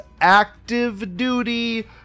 active-duty